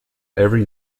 every